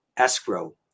escrow